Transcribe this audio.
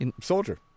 soldier